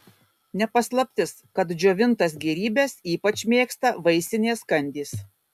ne paslaptis kad džiovintas gėrybes ypač mėgsta vaisinės kandys